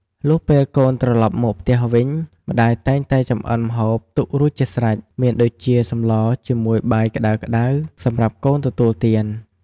លុះពេលកូនត្រឡប់មកផ្ទះវិញ ម្តាយតែងតែចម្អិនម្ហូបទុករួចជាស្រាច់មានដូចជាសម្លរជាមួយបាយក្ដៅៗសម្រាប់កូនទទួលទាន។